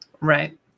Right